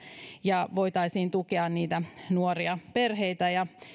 ja voitaisiin tukea niitä nuoria perheitä